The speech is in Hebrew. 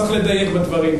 צריך לדייק בדברים.